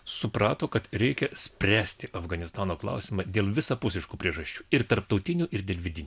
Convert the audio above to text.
suprato kad reikia spręsti afganistano klausimą dėl visapusiškų priežasčių ir tarptautinių ir dėl vidinių